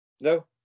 No